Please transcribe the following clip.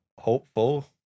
Hopeful